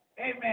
Amen